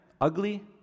ugly